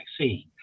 vaccine